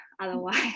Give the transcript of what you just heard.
Otherwise